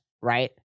Right